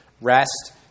rest